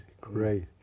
great